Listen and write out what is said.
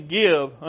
give